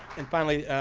and finally,